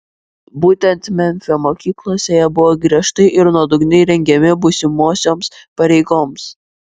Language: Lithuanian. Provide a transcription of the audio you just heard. būtent memfio mokyklose jie buvo griežtai ir nuodugniai rengiami būsimosioms pareigoms